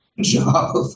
job